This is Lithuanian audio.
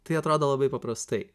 tai atrodo labai paprastai